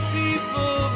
people